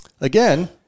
again